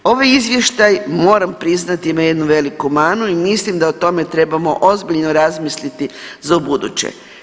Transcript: Ovaj izvještaj moram priznati ima jednu veliku manu i mislim da o tome trebamo ozbiljno razmisliti za ubuduće.